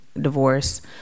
divorce